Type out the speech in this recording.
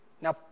Now